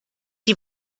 die